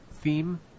theme